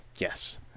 Yes